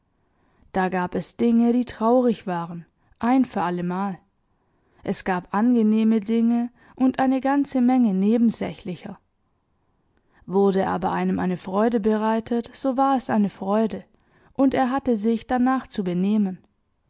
da gab es dinge die traurig waren ein für allemal es gab angenehme dinge und eine ganze menge nebensächlicher wurde aber einem eine freude bereitet so war es eine freude und er hatte sich danach zu benehmen